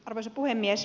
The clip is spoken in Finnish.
arvoisa puhemies